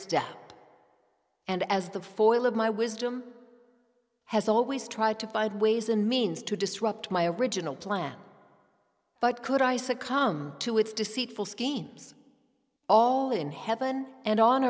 step and as the voile of my wisdom has always tried to find ways and means to disrupt my original plan but could i succumb to its deceitful schemes all in heaven and on